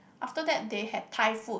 after that they had Thai food